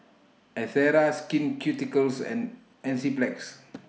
Ezerra Skin Ceuticals and Enzyplex